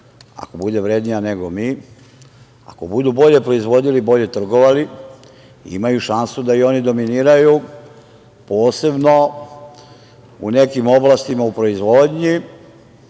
ako bude vrednija nego mi, ako budu bolje proizvodili, bolje trgovali, imaju šansu da i oni dominiraju, posebno u nekim oblastima u proizvodnji,